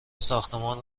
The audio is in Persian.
ساختمان